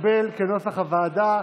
כנוסח הוועדה,